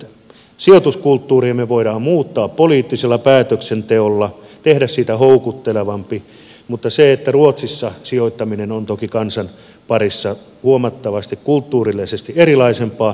sijoituskulttuuria me voimme muuttaa poliittisella päätöksenteolla tehdä siitä houkuttelevamman mutta ruotsissa sijoittaminen on toki kansan parissa huomattavasti kulttuurillisesti erilaisempaa